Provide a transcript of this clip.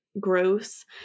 gross